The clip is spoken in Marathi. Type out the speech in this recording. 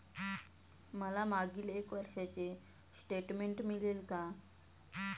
मला मागील एक वर्षाचे स्टेटमेंट मिळेल का?